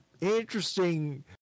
interesting